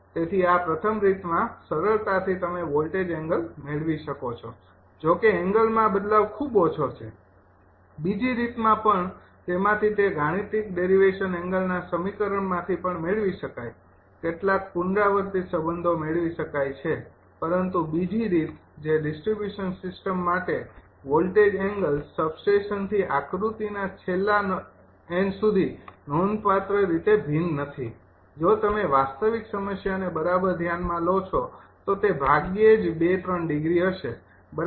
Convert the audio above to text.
તેથી પ્રથમ રીતમાં સરળતાથી તમે વોલ્ટેજ એંગલ મેળવી શકો છો જોકે એંગલમાં બદલાવ ખૂબ ઓછો છે બીજી રીતમાં પણ તેમાથી તે ગાણિતિક ડેરીવેશન એંગલના સમીકરણમાંથી પણ મેળવી શકાય છે કેટલાક પુનરાવર્તિત સંબંધો મેળવી શકાય છે પરંતુ બીજી રીત જે ડિસ્ટ્રિબ્યૂશન સિસ્ટમ માટે વોલ્ટેજ એંગલ્સ સબસ્ટેશનથી આકૃતિના છેલ્લા એન્ડ સુધી નોંધપાત્ર રીતે ભિન્ન નથી જો તમે વાસ્તવિક સમસ્યાને બરાબર ધ્યાનમાં લો તો તે ભાગ્યે જ ૨ ૩ ડિગ્રી હશે બરાબર